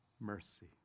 mercy